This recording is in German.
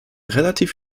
relativ